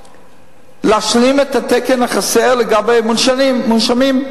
להשלים את התקן החסר לגבי מונשמים.